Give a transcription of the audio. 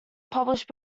published